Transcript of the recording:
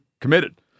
committed